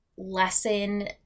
lesson